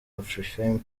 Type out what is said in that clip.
afrifame